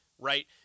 right